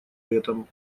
летом